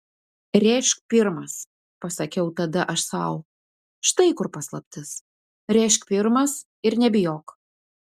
rėžk pirmas pasakiau tada aš sau štai kur paslaptis rėžk pirmas ir nebijok